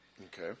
Okay